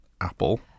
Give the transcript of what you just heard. Apple